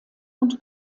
und